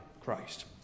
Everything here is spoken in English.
Christ